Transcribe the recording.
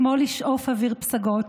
כמו לשאוף אוויר פסגות.